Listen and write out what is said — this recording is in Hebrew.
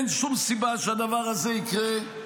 אין שום סיבה שהדבר הזה יקרה.